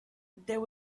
there